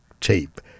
tape